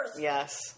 Yes